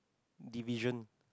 division